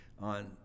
on